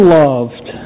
loved